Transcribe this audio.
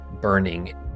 burning